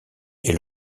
est